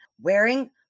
wearing